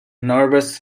nervous